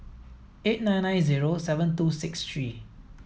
eight nine nine zero seven two six three